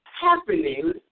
happening